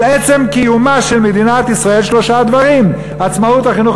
על עצם קיומה של מדינת ישראל שלושה דברים: עצמאות החינוך